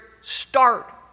start